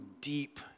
deep